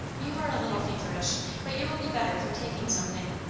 you are a little feverish but you will be better for taking something.